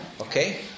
okay